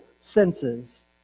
senses